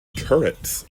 turrets